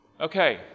Okay